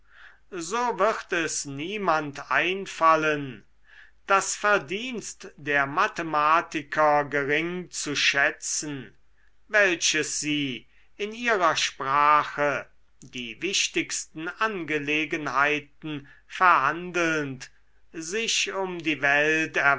so wird es niemand einfallen das verdienst der mathematiker gering zu schätzen welches sie in ihrer sprache die wichtigsten angelegenheiten verhandelnd sich um die welt